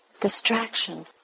distraction